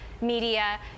media